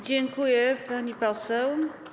Dziękuję, pani poseł.